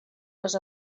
les